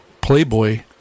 playboy